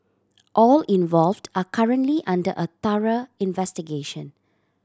all involved are currently under a investigation